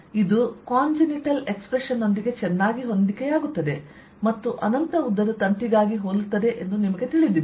ಇದು congenital expression ನೊಂದಿಗೆ ಚೆನ್ನಾಗಿ ಹೊಂದಿಕೆಯಾಗುತ್ತದೆ ಮತ್ತು ಅನಂತ ಉದ್ದದ ತಂತಿಗಾಗಿ ಹೋಲುತ್ತದೆ ಎಂದು ನಿಮಗೆ ತಿಳಿದಿದೆ